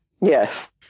Yes